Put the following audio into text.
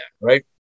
right